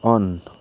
on